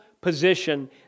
position